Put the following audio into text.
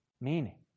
meaning